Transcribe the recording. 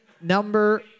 number